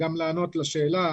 גם לענות לשאלה,